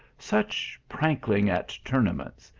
such prankling at tournaments!